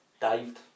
dived